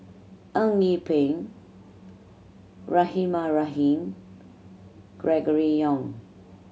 Eng Yee Peng Rahimah Rahim Gregory Yong